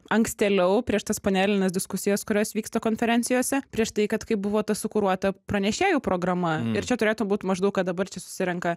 ankstėliau prieš tas panelines diskusijas kurios vyksta konferencijose prieš tai kad kai buvo ta sukuruota pranešėjų programa ir čia turėtų būt maždaug kad dabar čia susirenka